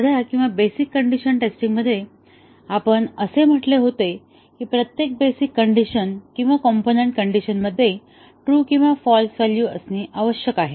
साध्या किंवा basic condition टेस्टिंगमध्ये आपण असे म्हटले होते की प्रत्येक बेसिक कण्डिशन किंवा कॉम्पोनन्ट कण्डिशनमध्ये ट्रू आणि फाँल्स व्हॅल्यू असणे आवश्यक आहे